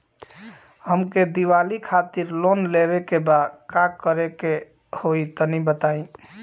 हमके दीवाली खातिर लोन लेवे के बा का करे के होई तनि बताई?